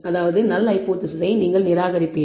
அதாவது நல் ஹைபோதேசிஸை நீங்கள் நிராகரிப்பீர்கள்